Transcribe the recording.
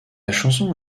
chanson